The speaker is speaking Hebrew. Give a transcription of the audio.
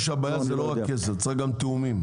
הבעיה היא לא רק כסף, צריך גם תיאומים.